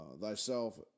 thyself